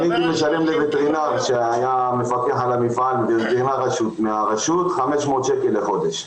אני שילמתי לווטרינר שפיקח על המפעל והוא היה מהרשות 500 שקלים לחודש.